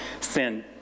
Sin